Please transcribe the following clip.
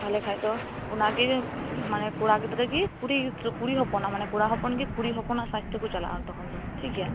ᱛᱟᱦᱚᱞᱮ ᱠᱷᱟᱱ ᱫᱚ ᱚᱱᱟᱜᱮ ᱚᱸ ᱢᱟᱱᱮ ᱠᱚᱲᱟᱜᱤᱫᱽᱨᱟ ᱜᱮ ᱠᱩᱲᱤ ᱦᱚᱯᱚᱱᱟᱜ ᱢᱟᱱᱮ ᱠᱚᱲᱟ ᱦᱚᱯᱚᱱ ᱜᱮ ᱠᱩᱲᱤ ᱦᱚᱯᱚᱱᱟᱜ ᱥᱟᱡ ᱛᱮᱠᱚ ᱪᱟᱞᱟᱜᱼᱟ ᱛᱚᱠᱷᱟᱱ ᱫᱚ ᱴᱷᱤᱠᱜᱮᱭᱟ